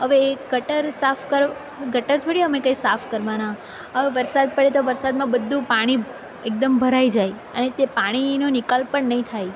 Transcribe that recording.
હવે ગટર સાફ કરવા ગટર થોડી અમે સાફ કરવાના વરસાદ પડે તો વરસાદમાં બધું પાણી એકદમ ભરાઈ જાય અને તે પાણીનો નિકાલ પણ નહીં થાય